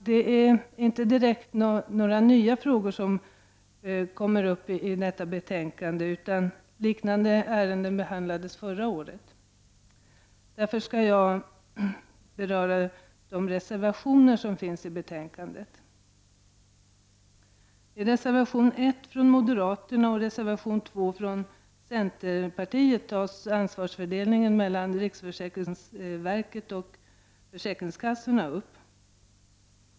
Det är inte några nya frågor som tas upp i detta betänkande, utan liknande ärenden behandlades förra året, och därför skall jag beröra de reservationer som har fogats till betänkandet. I reservation 1 från moderaterna och reservation 2 från centerpartiet tas ansvarsfördelningen mellan riksförsäkringsverket och försäkringskassorna upp.